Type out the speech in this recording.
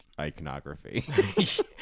iconography